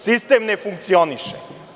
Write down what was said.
Sistem ne funkcioniše.